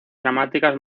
dramáticas